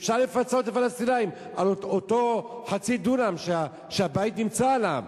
אפשר לפצות את הפלסטינים על אותו חצי דונם שהבית נמצא עליו,